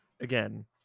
Again